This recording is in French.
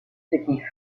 qu’il